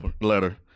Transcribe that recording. letter